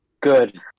Good